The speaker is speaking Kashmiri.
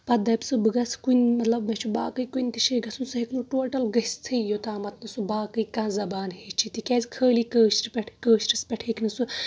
پتہٕ دپہِ سُہ بہٕ گژھٕ کُنہِ مطلب مےٚ چھ باقےٕ کُنہِ تہِ جایہِ گژھُن سُہ ہیٚکہِ نہٕ ٹوٹل گٔژھۍ تھےٕ یوٚتامتھ نہٕ سُہ باقےٕ کانٛہہ زبان ہیٚچھہِ تِکیٛازِ خألی کٲشرِ کأشرِس پٮ۪ٹھ ہیٚکہِ نہٕ سُہ